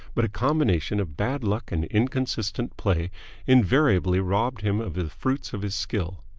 but a combination of bad luck and inconsistent play invariably robbed him of the fruits of his skill.